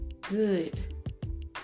good